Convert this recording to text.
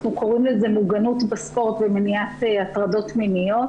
אנחנו קוראים לזה "מוגנות בספורט ומניעת הטרדות מיניות"